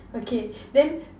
okay then